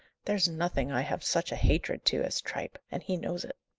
there's nothing i have such a hatred to as tripe and he knows it.